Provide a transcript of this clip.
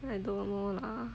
I don't know lah